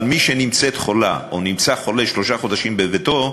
אבל מי שנמצאת חולה או נמצא חולה שלושה חודשים בביתו,